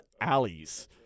alleys